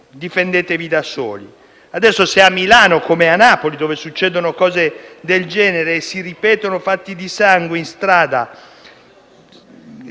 «difendetevi da soli».